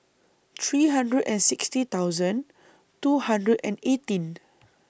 three hundred and sixty thousand two hundred and eighteen